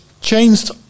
changed